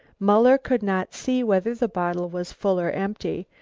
muller could not see whether the bottle was full or empty,